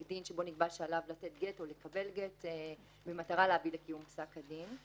דין שבו נקבע שעליו לתת גט או לקבל גט במטרה להביא לקיום פסק הדין.